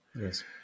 Yes